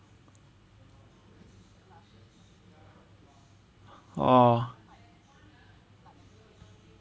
orh